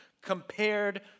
compared